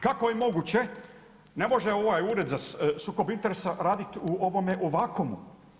Kako je moguće, ne može ovaj ured za sukob interesa raditi u ovome vakuumu.